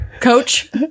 coach